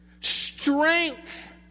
strength